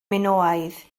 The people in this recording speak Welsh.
minoaidd